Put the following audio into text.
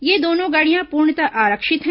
ये दोनों गाड़ियां पूर्णतः आरक्षित है